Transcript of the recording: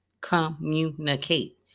communicate